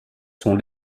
sont